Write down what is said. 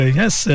yes